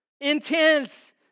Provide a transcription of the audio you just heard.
intense